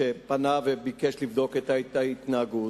שפנה וביקש לבדוק את ההתנהגות.